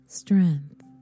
strength